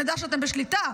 שנדע שאתם בשליטה,